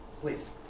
Please